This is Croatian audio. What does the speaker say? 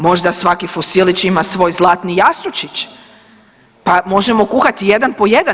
Možda svaki fusilić ima svoj zlatni jastučić, pa možemo kuhati jedan po jedan.